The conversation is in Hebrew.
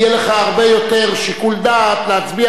יהיה לך הרבה יותר שיקול דעת להצביע